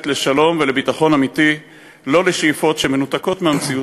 לשלום ולביטחון אמיתי ולא לשאיפות שמנותקות מהמציאות.